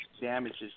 damages